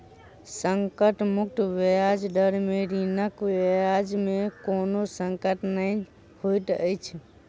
संकट मुक्त ब्याज दर में ऋणक ब्याज में कोनो संकट नै होइत अछि